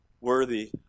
worthy